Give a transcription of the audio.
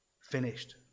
finished